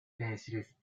pencils